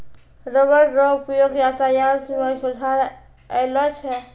rubber रो उपयोग यातायात मे सुधार अैलौ छै